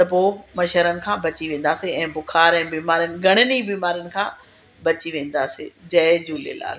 त पोइ मच्छरनि खां बची वेंदासीं ऐं बुखार ऐं बीमारिन घणिनि ई बीमारिन खां बची वेंदासीं जय झूलेलाल